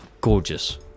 gorgeous